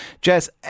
Jess